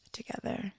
together